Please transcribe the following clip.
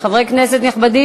חברי כנסת נכבדים,